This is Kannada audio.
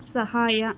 ಸಹಾಯ